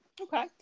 okay